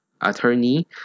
Attorney